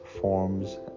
forms